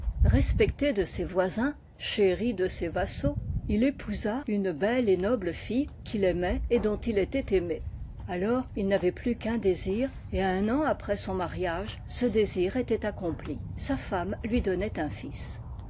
respecté de ses voisins chéri de ses vassaux il épousa une belle et noble fille qu'il aimait et dont il était aimé alors il n'avait plus qu'un désir et un an après son mariage ce désir était accompli sa femme lui donnait vin fils